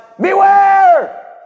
beware